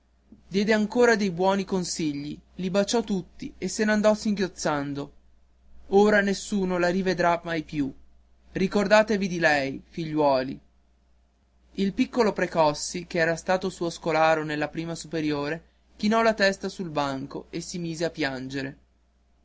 diede ancora dei buoni consigli li baciò tutti e se n'andò singhiozzando ora nessuno la rivedrà mai più ricordatevi di lei figliuoli il piccolo precossi che era stato suo scolaro nella prima superiore chinò la testa sul banco e si mise a piangere